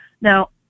Now